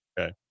Okay